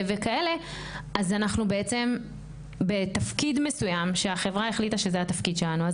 אז אנחנו בעצם בתפקיד מסוים שהחברה החליטה שזה התפקיד שלנו.